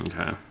Okay